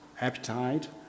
appetite